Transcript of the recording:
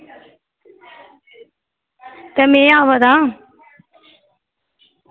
ते में आवां तां